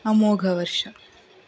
Amoghavarsha